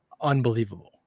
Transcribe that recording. unbelievable